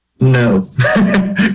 No